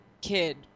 kid